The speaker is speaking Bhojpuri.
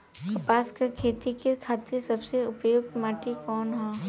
कपास क खेती के खातिर सबसे उपयुक्त माटी कवन ह?